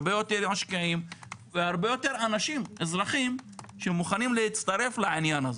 הרבה יותר משקיעים והרבה יותר אזרחים שמוכנים להצטרף לעניין הזה.